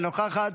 אינה נוכחת,